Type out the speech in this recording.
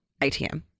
ATM